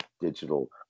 digital